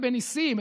ובניסים.